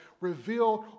revealed